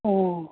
ও